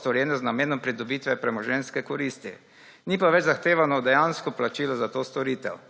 storjeno z namenom pridobitve premoženjske koristi, ni pa več zahtevano dejansko plačilo za to storitev.